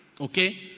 okay